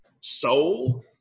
soul